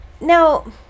now